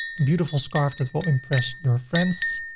beautiful scarf that will impress your friends.